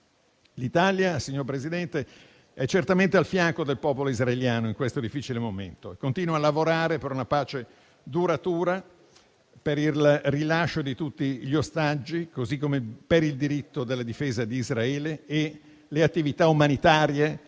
L'Italia, signor Presidente, è certamente al fianco del popolo israeliano in questo difficile momento e continua a lavorare per una pace duratura, per il rilascio di tutti gli ostaggi, così come per il diritto alla difesa di Israele. Per quanto riguarda le attività umanitarie,